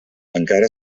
encara